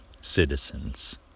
citizens